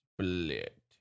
split